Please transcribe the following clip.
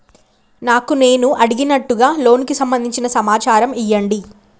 నాకు నేను అడిగినట్టుగా లోనుకు సంబందించిన సమాచారం ఇయ్యండి?